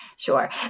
Sure